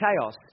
chaos